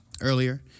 earlier